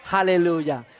Hallelujah